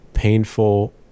painful